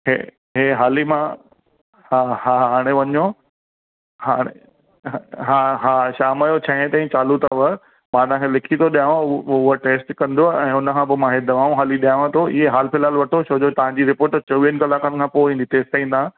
इहे इहे हाली मां हा हा हा हाणे वञो हाणे हा हा शाम जो छहें ताईं चालू अथव मां तव्हांखे लिखी थो ॾियांव उहो उहा टेस्ट कंदो ऐं हुनखां पोइ मां इहे दवाऊं हाली ॾियांव थो इहे हाल फ़िलहालु वठो छो जो तव्हांजी रिपोर्ट चोवीहनि कलाकनि खां पोइ ईंदी तेसिताईं तव्हां